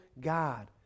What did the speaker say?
God